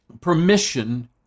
permission